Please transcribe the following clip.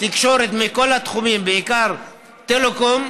תקשורת מכל התחומים, בעיקר טלקום,